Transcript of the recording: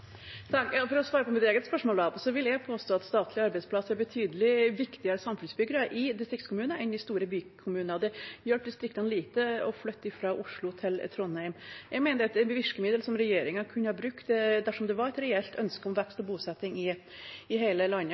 For å svare på mitt eget spørsmål: Jeg vil påstå at statlige arbeidsplasser er betydelig viktigere samfunnsbyggere i distriktskommuner enn i store bykommunene. Det hjelper distriktene lite å flytte fra Oslo til Trondheim. Jeg mener det er et virkemiddel regjeringen kunne ha brukt dersom det var et reelt ønske om vekst og bosetting i hele landet,